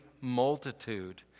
multitude